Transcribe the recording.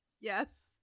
Yes